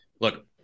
Look